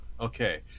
Okay